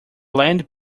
land